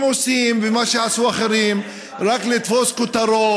הם עושים, ומה שעשו אחרים, רק לתפוס כותרות.